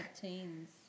Teens